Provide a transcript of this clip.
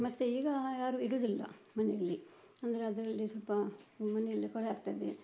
ಮತ್ತು ಈಗಾ ಯಾರು ಇಡೋದಿಲ್ಲ ಮನೆಯಲ್ಲಿ ಅಂದರೆ ಅದರಲ್ಲಿ ಸ್ವಲ್ಪ ಮನೆ ಎಲ್ಲ ಕೊಳೆ ಆಗ್ತದೆ